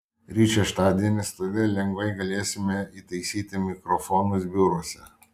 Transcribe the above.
ryt šeštadienis todėl lengvai galėsime įtaisyti mikrofonus biuruose